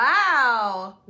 Wow